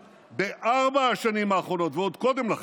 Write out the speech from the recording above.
בארבע השנים האחרונות ועוד קודם לכן,